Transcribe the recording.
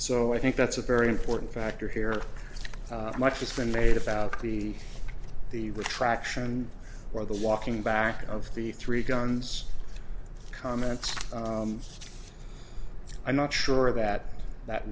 so i think that's a very important factor here much has been made about the the retraction or the walking back of the three guns comments i'm not sure that that